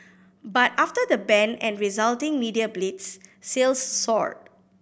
but after the ban and resulting media blitz sales soared